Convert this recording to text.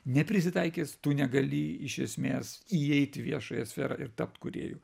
neprisitaikęs tu negali iš esmės įeit į viešąją sferą ir tapt kūrėju